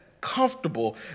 comfortable